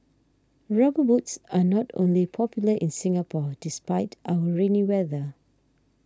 rubber boots are not only popular in Singapore despite our rainy weather